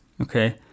Okay